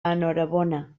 enhorabona